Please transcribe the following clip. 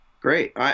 Great